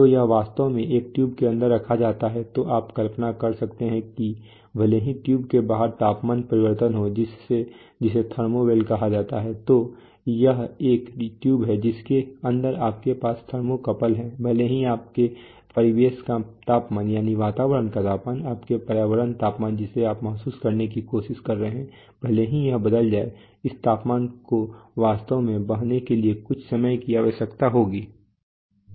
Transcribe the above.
तो यह वास्तव में एक ट्यूब के अंदर रखा जाता है तो आप कल्पना कर सकते हैं कि भले ही ट्यूब के बाहर तापमान परिवर्तन हो जिसे थर्मो वेल कहा जाता है तो यह एक ट्यूब है जिसके अंदर आपके पास थर्मोकपल है भले ही आपके परिवेश का तापमान आपका पर्यावरण तापमान जिसे आप महसूस करने की कोशिश कर रहे हैं भले ही यह बदल जाए इस तापमान को वास्तव में बहने के लिए कुछ समय की आवश्यकता होगी